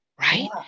Right